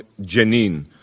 Jenin